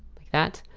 like that,